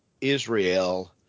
Israel